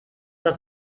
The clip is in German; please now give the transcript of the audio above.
das